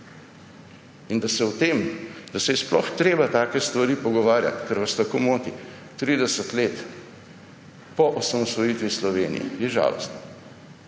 In da se je sploh treba take stvari pogovarjati, ker vas tako moti, 30 let po osamosvojitvi Slovenije, je žalostno.